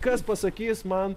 kas pasakys man